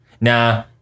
nah